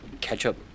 catch-up